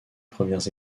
premières